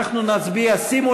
אנחנו נצביע, שימו